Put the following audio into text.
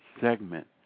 segment